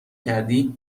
کردی